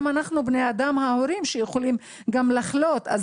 גם אנחנו ההורים בני אדם ואנחנו יכולים גם לחלות אז